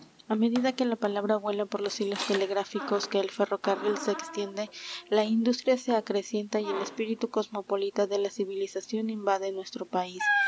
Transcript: á medida que la palabra vuela por los hilos telegráficos que el ferrocarril se extiende la industria se acrecienta y el espíritu cosmopolita de la civilización invade nuestro país